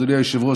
אדוני היושב-ראש,